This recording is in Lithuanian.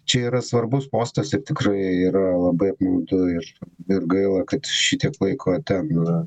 čia yra svarbus postas ir tikrai yra labai apmaudu ir ir gaila kad šitiek laiko ten